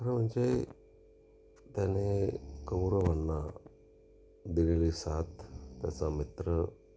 खरं म्हणजे त्याने कौरवांना दिलेली साथ त्याचा मित्र